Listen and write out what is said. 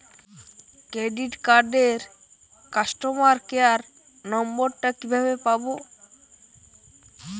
Credit কার্ডের customer care number টা কিভাবে পাবো?